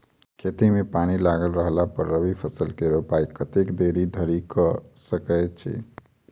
खेत मे पानि लागल रहला पर रबी फसल केँ रोपाइ कतेक देरी धरि कऽ सकै छी?